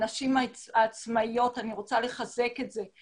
הנשים העצמאיות, אני רוצה לחזק את זה.